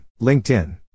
LinkedIn